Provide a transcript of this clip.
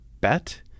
bet